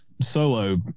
solo